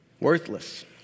Worthless